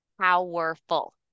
powerful